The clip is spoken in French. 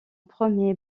premier